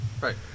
Right